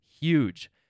huge